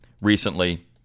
recently